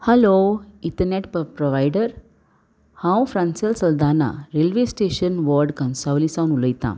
हालो internet provider हांव Francel Saldanha railway station ward खंचासावली सावन उलयतां